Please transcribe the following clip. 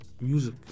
music